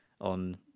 on